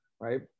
right